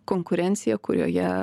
konkurencija kurioje